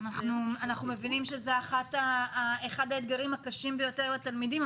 אנחנו מבינים שזה אחד האתגרים הקשים ביותר לתלמידים,